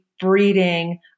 breeding